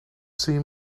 see